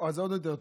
אז עוד יותר טוב.